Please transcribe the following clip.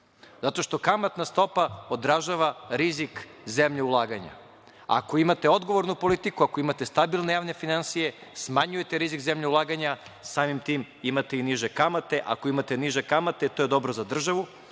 zato što kamatna stopa odražava rizik zemlje u ulaganja. Ako imate odgovornu politiku, stabilne javne finansije, smanjujete rizik zemlje ulaganja, samim tim, imate i niže kamate, a ako imate niže kamate, to je dobro za državu,